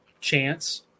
chance